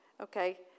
Okay